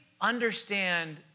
understand